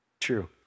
True